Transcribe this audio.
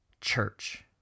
church